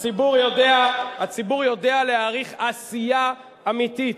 הציבור יודע להעריך עשייה אמיתית.